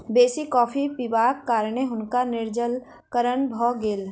बेसी कॉफ़ी पिबाक कारणें हुनका निर्जलीकरण भ गेल